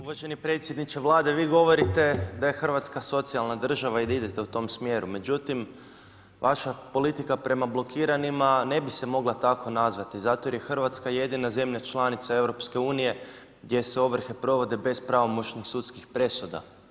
Uvaženi predsjedniče Vlade, vi govorite da je Hrvatska socijalna država i da idete u tom smjeru međutim vaša politika prema blokiranima ne bi se mogla tako nazvati zato jer je Hrvatska jedina zemlja članica EU-a gdje se ovrhe provode bez pravomoćnih sudskih presuda.